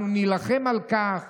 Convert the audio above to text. אנחנו נילחם על כך